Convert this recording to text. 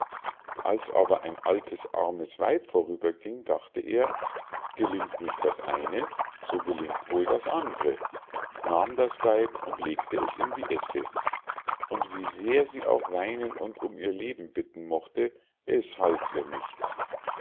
als aber ein altes armes weib vorüberging dachte er gelingt nicht das eine so gelingt wohl das andre nahm das weib und legte es in die esse und wie sehr sie auch weinen und um ihr leben bitten mochte es half ihr nichts